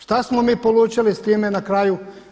Što smo mi polučili s time na kraju?